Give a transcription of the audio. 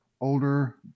older